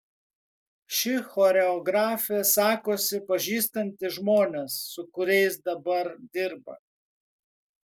ši choreografė sakosi pažįstanti žmones su kuriais dabar dirba